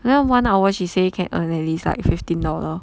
then one hour she say can earn at least like fifteen dollars